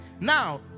Now